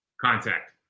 contact